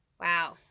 Wow